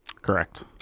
correct